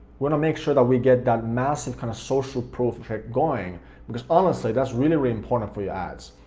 want to make sure that we get that massive kind of social proof effect going because honestly that's really, really important for your ads.